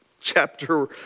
chapter